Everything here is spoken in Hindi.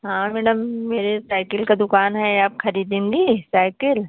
हाँ मैडम मेरे साइकिल का दुकान है आप खरीदेंगी साइकिल